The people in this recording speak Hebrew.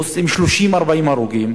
באוטובוס עם 30 40 הרוגים,